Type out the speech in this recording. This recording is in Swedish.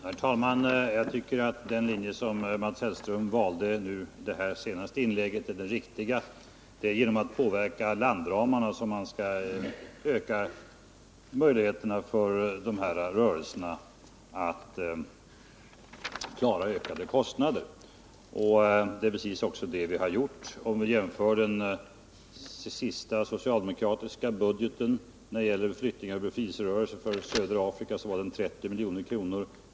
Herr talman! Jag tycker att den linje som Mats Hellström valt i sitt senaste inlägg är den riktiga. Det är genom att påverka landramarna som man skall öka möjligheterna för rörelserna att klara ökade kostnader. Det är precis det vi har gjort. I den sista socialdemokratiska budgeten uppgick stödet till befrielserörelser i södra Afrika till 30 milj.kr.